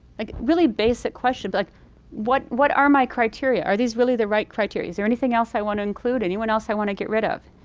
like really basic question but like what what are my criteria? are these really the right criteria? is there anything else i want to include? anyone else i want to get rid of?